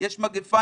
יש מגיפה,